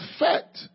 effect